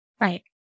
right